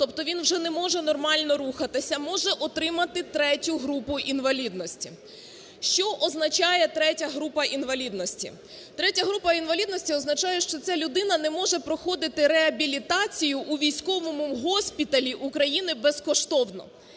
тобто він вже не може нормально рухатися, може отримати ІІІ групу інвалідності? Що означає ІІІ група інвалідності? ІІІ група інвалідності означає, що ця людина не може проходити реабілітацію у військовому госпіталі України безкоштовно.